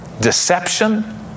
Deception